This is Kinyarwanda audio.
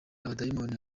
abadayimoni